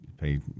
pay